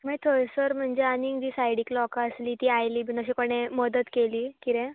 ना थंयसर म्हणजे आनीक बी सायडीक लोकां आसलीं तीं आयलीं बी अशें कोणें मद्दत केली कितें